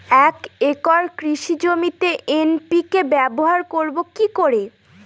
এক একর কৃষি জমিতে এন.পি.কে ব্যবহার করব কি করে?